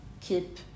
keep